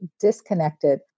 disconnected